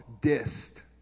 dist